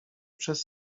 przez